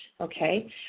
okay